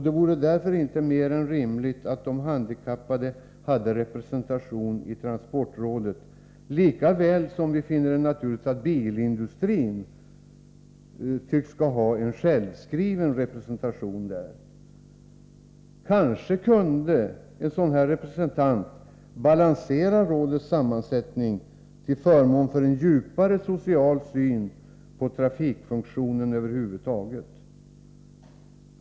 Det är därför inte mer än rimligt att de handikappade har representanter i transportrådet, lika väl som vi tycks finna att det är naturligt att bilindustrin har självskrivna representanter där. Kanske kunde en sådan representant balansera rådets sammansättning till förmån för en djupare social syn på trafikfunktionen över huvud taget.